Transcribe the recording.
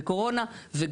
אבל,